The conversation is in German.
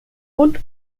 und